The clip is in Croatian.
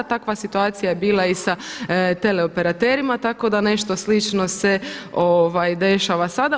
Takva situacija je bila i sa teleoperaterima tako da nešto slično se dešava sada.